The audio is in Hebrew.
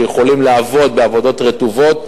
שיכולים לעבוד בעבודות רטובות,